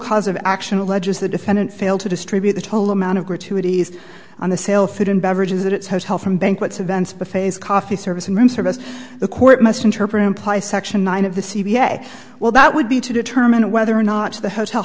cause of action alleges the defendant failed to distribute the total amount of gratuities on the sale food and beverages that it's hotel from banquets events buffets coffee service and room service the court must interpret imply section nine of the c v a well that would be to determine whether or not the hotel